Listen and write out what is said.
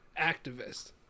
activist